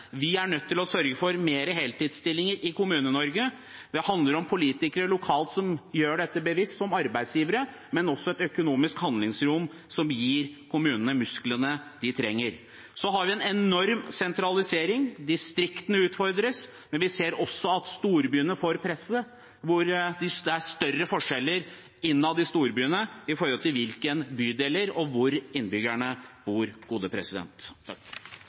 Vi er nødt til å sørge for flere heltidsstillinger i Kommune-Norge. Det handler om politikere lokalt som gjør dette bevisst som arbeidsgivere, men også om et økonomisk handlingsrom som gir kommunene de musklene de trenger. Så har vi en enorm sentralisering. Distriktene utfordres, men vi ser også at storbyene får et press ved at det er større forskjeller innad i storbyene med hensyn til hvilke bydeler, og hvor innbyggerne bor.